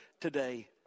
today